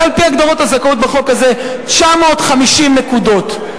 זה על-פי הגדרות הזכאות בחוק הזה, 950 נקודות.